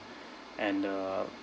and uh